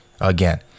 again